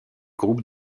groupe